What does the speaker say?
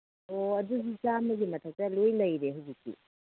ꯑꯣ ꯑꯗꯨꯗꯤ ꯆꯥꯝꯃꯒ ꯃꯊꯛꯇ ꯂꯣꯏ ꯂꯩꯔꯦ ꯍꯧꯖꯤꯛꯇꯤ